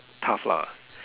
tough lah